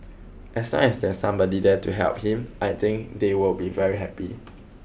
as long as there's somebody there to help him I think they will be very happy